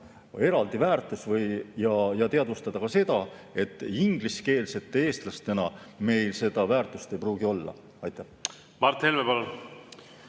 eraldi väärtus, ja teadvustada ka seda, et ingliskeelsete eestlastena meil seda väärtust ei pruugi olla. Mart Helme,